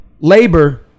Labor